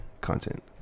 content